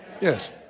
Yes